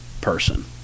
person